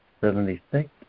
Seventy-six